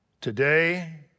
Today